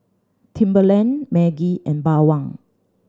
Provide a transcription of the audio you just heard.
Timberland Maggi and Bawang